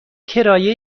کرایه